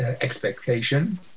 expectation